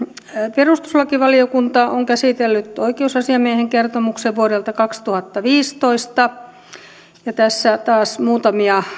perustuslakivaliokunta on käsitellyt oikeusasiamiehen kertomuksen vuodelta kaksituhattaviisitoista tässä taas muutamia